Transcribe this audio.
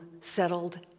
settled